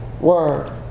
word